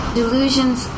delusions